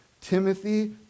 Timothy